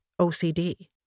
OCD